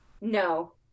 No